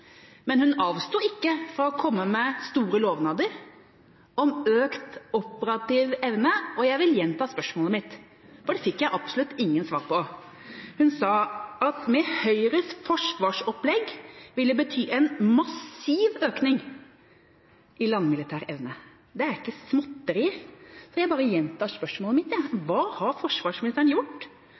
men hun avsto ikke fra å komme med store lovnader om økt operativ evne. Jeg vil gjenta spørsmålet mitt, for det fikk jeg absolutt ingen svar på. Hun sa at med Høyres forsvarsopplegg vil det bety en massiv økning i landmilitær evne. Det er ikke småtterier! Så jeg gjentar altså spørsmålet mitt: Hva har forsvarsministeren gjort